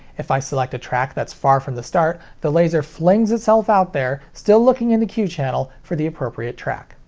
if i select a track that's far from the start, the laser flings itself out there, still looking in the q channel, for the appropriate track.